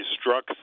struck